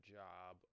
job